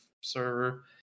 server